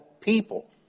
people